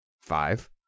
five